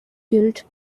built